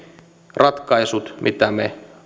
ratkaisut mitä me